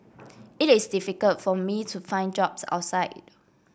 it is difficult for me to find jobs outside